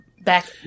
back